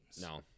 No